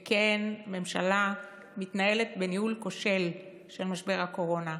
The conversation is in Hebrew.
וכן, הממשלה מתנהלת בניהול כושל של משבר הקורונה.